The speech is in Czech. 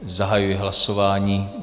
Zahajuji hlasování.